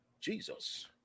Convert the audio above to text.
Jesus